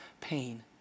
pain